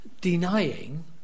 denying